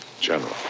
general